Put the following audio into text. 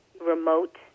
remote